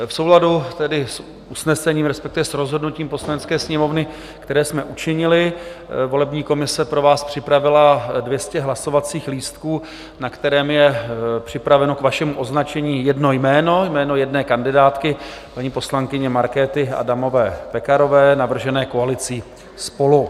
V souladu s usnesením, respektive s rozhodnutím Poslanecké sněmovny, které jsme učinili, volební komise pro vás připravila 200 hlasovacích lístků, na kterých je připraveno k vašemu označení jedno jméno, jméno jedné kandidátky, paní poslankyně Markéty Adamové Pekarové, navržené koalicí SPOLU.